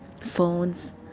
phones